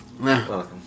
welcome